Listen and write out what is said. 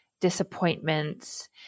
disappointments